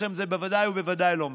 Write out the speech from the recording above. אתכם זה בוודאי ובוודאי לא מעניין.